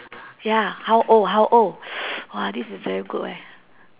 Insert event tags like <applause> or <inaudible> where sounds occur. ya how old how old <noise> !wah! this is very good eh